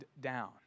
down